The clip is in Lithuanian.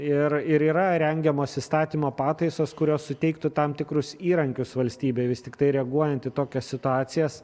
ir ir yra rengiamos įstatymo pataisos kurios suteiktų tam tikrus įrankius valstybei vis tiktai reaguojant į tokias situacijas